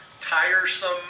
tiresome